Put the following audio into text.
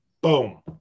Boom